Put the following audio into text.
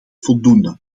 voldoende